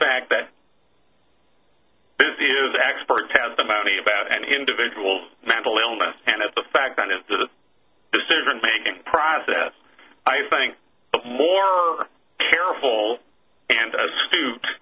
fact that busy is expert testimony about an individual mental illness and at the fact that in the decision making process i think more careful and stupid